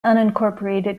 unincorporated